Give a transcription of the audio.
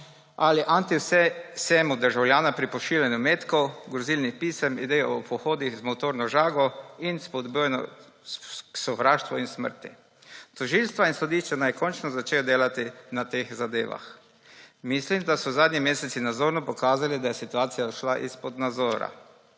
ali antivsemu državljana pri pošiljanju metkov, grozilnih pisem, idej o pohodih z motorno žago in spodbujanju sovraštva in smrti. Tožilstva in sodišča naj končno začnejo delati na teh zadevah. Mislim, da so zadnji meseci nazorno pokazali, da je situacija ušla izpod nadzora.